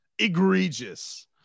egregious